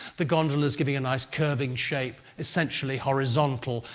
the gondola is giving a nice, curving shape, essentially horizontal,